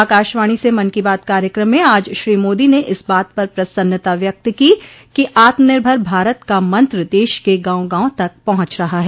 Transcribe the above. आकाशवाणी से मन की बात कार्यक्रम में आज श्री मोदी ने इस बात पर प्रसन्नता व्यक्त की कि आत्मनिर्भर भारत का मंत्र देश के गांव गांव तक पहुंच रहा है